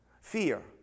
fear